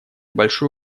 большую